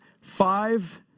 five